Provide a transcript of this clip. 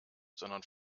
sondern